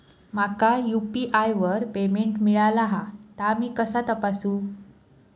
माका यू.पी.आय वर पेमेंट मिळाला हा ता मी कसा तपासू?